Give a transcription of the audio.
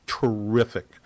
terrific